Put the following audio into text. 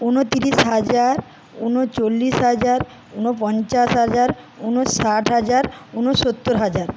ঊনতিরিশ হাজার ঊনচল্লিশ হাজার ঊনপঞ্চাশ হাজার ঊনষাট হাজার ঊনসত্তর হাজার